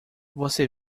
você